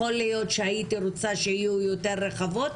יכול להיות שהייתי רוצה שיהיו יותר רחבות,